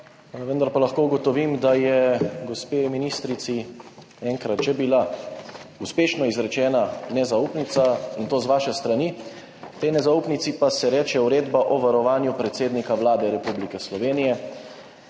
Vendar pa lahko ugotovim, da je gospe ministrici enkrat že bila uspešno izrečena nezaupnica, in to z vaše strani, tej nezaupnici pa se reče Uredba o varovanju predsednika Vlade Republike Slovenije.